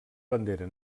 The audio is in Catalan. bandera